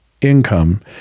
income